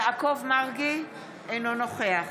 יעקב מרגי, אינו נוכח